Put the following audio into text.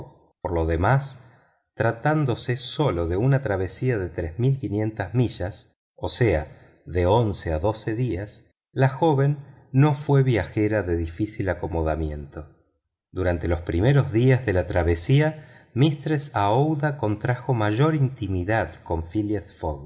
por lo demás tratándose sólo de una travesía de tres mil quinientas millas o sea de once a doce días la joven no fue viajera de difícil acomodo durante los primeros días de la travesía mistress aouida contrajo mayor intimidad con phileas